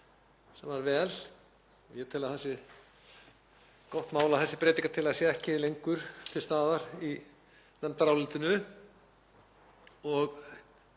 sem er vel, og ég tel að það sé gott mál að þessi breytingartillaga sé ekki lengur til staðar í nefndarálitinu.